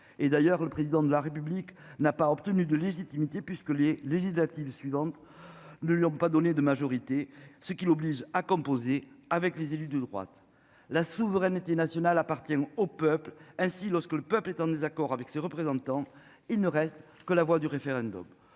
et d'ailleurs le président de la République n'a pas obtenu de légitimité, puisque les législatives suivantes ne lui ont pas donné de majorité ce qui l'oblige à composer avec les élus de droite, la souveraineté nationale appartient au peuple. Ainsi, lorsque le peuple est en désaccord avec ses représentants. Il ne reste que la voie du référendum.